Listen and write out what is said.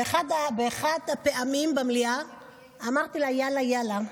באחת הפעמים במליאה אמרתי לה "יאללה יאללה",